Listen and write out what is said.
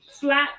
flat